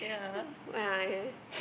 yeah